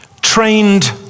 trained